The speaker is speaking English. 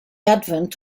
advent